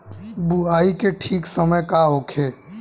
बुआई के ठीक समय का होखे?